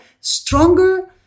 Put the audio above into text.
stronger